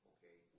Okay